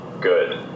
good